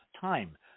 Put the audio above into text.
time